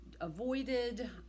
avoided